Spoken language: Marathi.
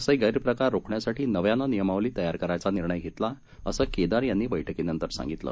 असे गैरप्रकार रोखण्यासाठी नव्यानं नियमावली तयार करायचा निर्णय घेतला असं केदार यांनी बैठकीनंतर सांगितलं